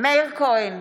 מאיר כהן,